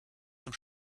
zum